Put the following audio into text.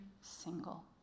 single